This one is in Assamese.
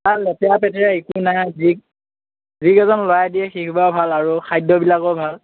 নাই লেতেৰা পেতেৰা একো নাই যি যিকেইজন ল'ৰাই দিয়ে সেই ভাল আৰু খাদ্যবিলাকো ভাল